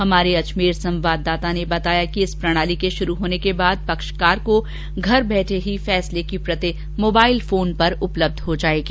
हमारे अजमेर संवाददाता ने बताया कि इस प्रणाली के शुरू होने के बाद पक्षकार को घर बैठे ही फैसले की प्रति मोबाइल फोन पर उपलब्ध हो जाएगी